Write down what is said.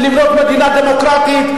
לבנות מדינה דמוקרטית.